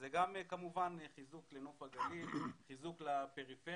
מה גם שזה מהווה חיזוק לנוף הגליל, חיזוק לפריפריה